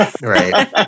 Right